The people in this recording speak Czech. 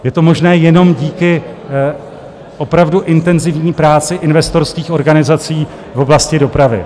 Je to možné jenom díky opravdu intenzivní práci investorských organizací v oblasti dopravy.